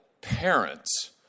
parents